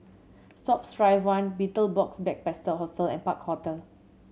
Sports Drive One Betel Box Backpackers Hostel and Park Hotel